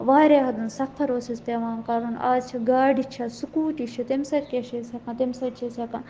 واریاہ سَفر اوس اَسہِ پٮ۪وان کَرُن اَز چھِ گاڑِ چھِ سِکوٗٹی چھِ تَمہِ سۭتۍ کیٛاہ چھِ أسۍ ہٮ۪کان تَمہِ سۭتۍ چھِ أسۍ ہیٚکان